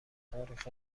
تاریخ